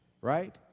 right